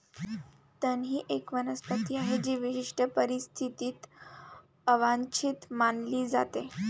तण ही एक वनस्पती आहे जी विशिष्ट परिस्थितीत अवांछित मानली जाते